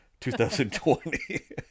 2020